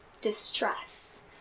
distress